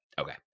Okay